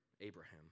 Abraham